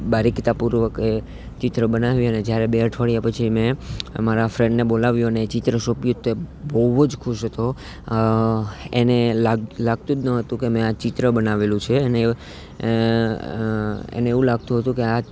બારીકપૂર્વક એ ચિત્ર બનાવી અને જ્યારે બે અઠવાડિયા પછી મેં મારા ફ્રેન્ડને બોલાવ્યો અને એ ચિત્ર સોંપ્યું તો એ બહુ જ ખુશ હતો એને લાગતું જ ન હતું કે મેં આ ચિત્ર બનાવેલું છે અને એને એવું લાગતું હતું કે આ